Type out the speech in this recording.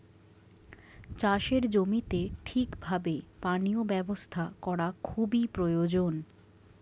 চাষের জমিতে ঠিক ভাবে পানীয় ব্যবস্থা করা খুবই প্রয়োজন